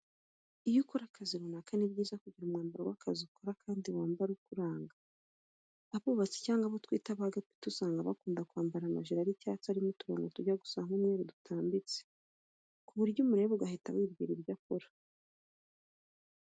Iyo ukora akazi runaka ni byiza kugira umwambaro w'akazi ukora wambara kandi ukuranga. Abubatsi cyangwa abo twita ba gapita usanga bakunda kwambara amajire y'icyatsi arimo uturongo tujya gusa nk'umweru dutambitse ku buryo umureba ugahita wibwira icyo akora.